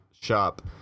shop